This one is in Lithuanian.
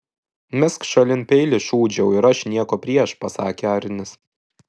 mesk šalin peilį šūdžiau ir aš nieko prieš pasakė arnis